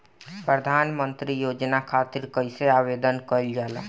प्रधानमंत्री योजना खातिर कइसे आवेदन कइल जाला?